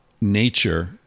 nature